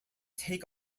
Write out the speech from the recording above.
take